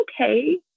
okay